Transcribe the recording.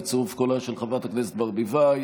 בצירוף קולה של חברת הכנסת ברביבאי,